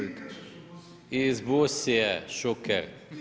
Iz busije, Šuker.